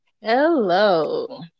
hello